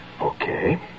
Okay